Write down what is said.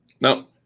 No